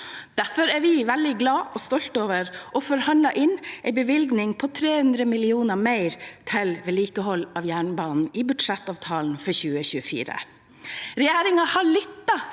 Derfor er vi veldig glad og stolt over å ha forhandlet inn en bevilgning på 300 mill. kr mer til vedlikehold av jernbanen i budsjettavtalen for 2024. Regjeringen har lyttet til